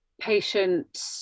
patient